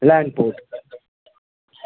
lan port